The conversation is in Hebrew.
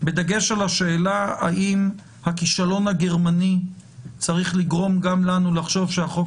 בדגש על השאלה האם הכישלון הגרמני צריך גם לנו לחשוב שהחוק